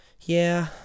Yeah